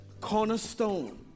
cornerstone